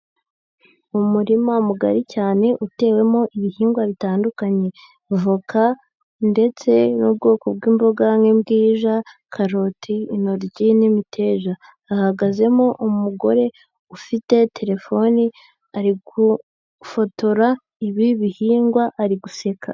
Umurima mugari cyane utewemo ibihingwa bitandukanye, voka ndetse n'ubwoko bw'imboga nk'imbwija, karoti, intoryi n'imiteja, hahagazemo umugore ufite telefone ari gufotora ibi bihingwa ari guseka.